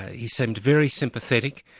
he seemed very sympathetic.